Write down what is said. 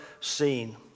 seen